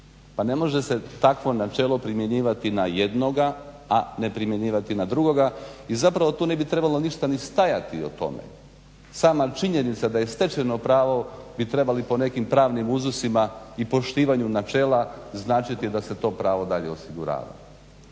Pa ne može se takvo načelo primjenjivati na jednoga, a ne primjenjivati na drugoga i zapravo tu ne bi trebalo ništa ni stajati o tome. Sama činjenica da je stečeno pravo bi trebali po nekim pravnim uzusima i poštivanju načela značiti da se to pravo dalje osigurava.